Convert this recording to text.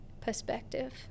perspective